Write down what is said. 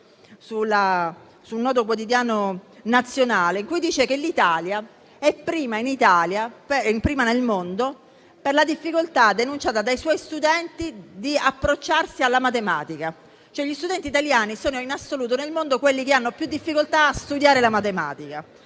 su un noto quotidiano nazionale dice che l'Italia è prima nel mondo per la difficoltà denunciata dai suoi studenti di approcciarsi alla matematica, cioè gli studenti italiani sono in assoluto nel mondo quelli che hanno più difficoltà a studiare la matematica.